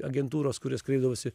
agentūros kurios kreipdavosi